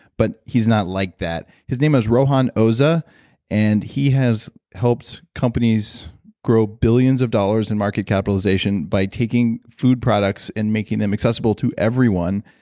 but he's not like that his name is rohan oza and he has helped companies grow billions of dollars in market capitalization by taking food products and making them accessible to everyone.